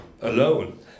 alone